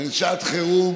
בין שעת חירום